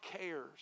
cares